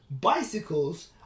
Bicycles